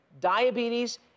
Diabetes